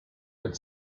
had